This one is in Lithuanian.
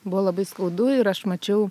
buvo labai skaudu ir aš mačiau